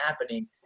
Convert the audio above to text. happening